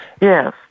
Yes